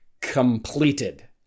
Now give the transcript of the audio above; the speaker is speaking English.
completed